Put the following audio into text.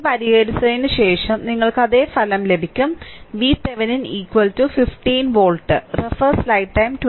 ഇത് പരിഹരിച്ചതിന് ശേഷം നിങ്ങൾക്ക് അതേ ഫലം ലഭിക്കും VThevenin 15 വോൾട്ട്